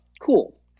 cool